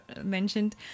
mentioned